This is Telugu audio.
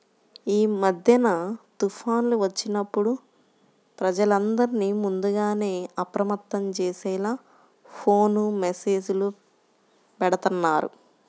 యీ మద్దెన తుఫాన్లు వచ్చినప్పుడు ప్రజలందర్నీ ముందుగానే అప్రమత్తం చేసేలా ఫోను మెస్సేజులు బెడతన్నారు